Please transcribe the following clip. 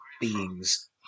beings